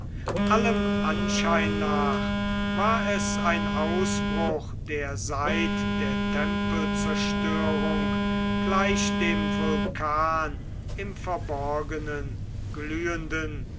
allem anschein nach war es ein ausbruch der seit der tempelzerstörung gleich dem vulkan im verborgenen glühenden